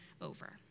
over